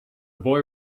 boy